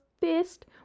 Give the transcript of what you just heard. fist